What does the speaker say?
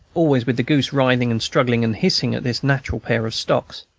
always with the goose writhing and struggling and hissing in this natural pair of stocks.